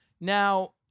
Now